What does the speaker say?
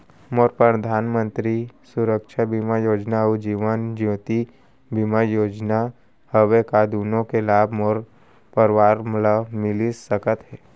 मोर परधानमंतरी सुरक्षा बीमा योजना अऊ जीवन ज्योति बीमा योजना हवे, का दूनो के लाभ मोर परवार ल मिलिस सकत हे?